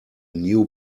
new